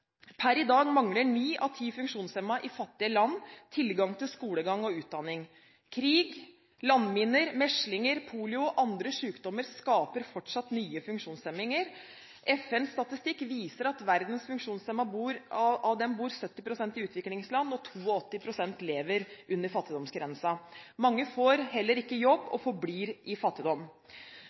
Per i dag mangler ni av ti funksjonshemmede i fattige land tilgang til skolegang og utdanning. Krig og landminer og sykdommer som meslinger, polio og andre sykdommer skaper fortsatt nye funksjonshemminger. FNs statistikk viser at av verdens funksjonshemmede bor 70 pst. i utviklingsland, og 82 pst. lever under fattigdomsgrensen. Mange får heller ikke jobb og forblir derved i fattigdom.